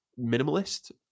minimalist